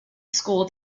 school